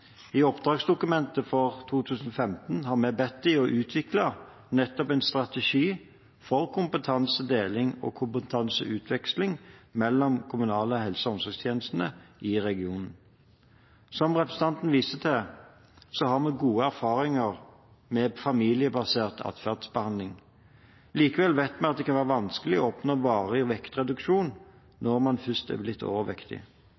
I oppdragsdokumentet for 2015 har vi bedt dem utvikle nettopp en strategi for kompetansedeling og kompetanseutveksling mellom de kommunale helse- og omsorgstjenestene i regionen. Som representanten viser til, har vi gode erfaringer med familiebasert atferdsbehandling. Likevel vet vi at det kan være vanskelig å oppnå varig vektreduksjon når man først er blitt overvektig.